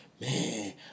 man